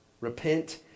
Repent